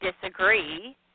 disagree